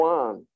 one